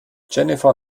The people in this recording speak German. jennifer